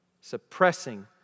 suppressing